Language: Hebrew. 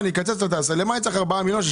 אקצץ ולכן למה אני צריך 4 מיליון שקלים,